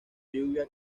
lluvia